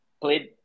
played